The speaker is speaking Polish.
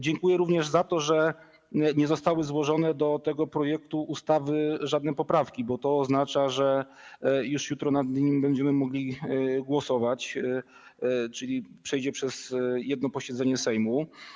Dziękuję również za to, że nie zostały złożone do tego projektu ustawy żadne poprawki, bo to oznacza, że już jutro będziemy mogli nad nimi głosować, czyli to przejdzie przez jedno posiedzenie Sejmu.